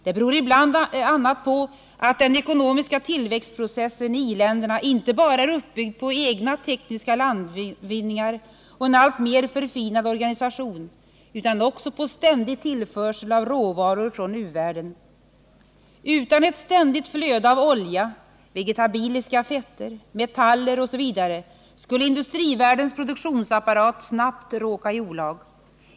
Det beror bl.a. på att den ekonomiska tillväxtprocessen i i-länderna inte bara är uppbyggd på egna tekniska landvinningar och en alltmer förfinad organisation, utan också på ständig tillförsel av råvaror från u-världen. Utan ett ständigt flöde av olja, vegetabiliska fetter, metaller m.m. skulle industrivärldens produktionsapparat snabbt råka i olag.